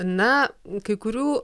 na kai kurių